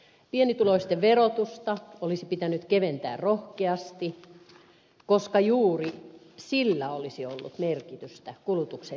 pienituloisten verotusta olisi pitänyt keventää rohkeasti koska juuri sillä olisi ollut merkitystä kulutuksen lisääntymiselle